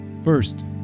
First